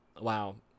wow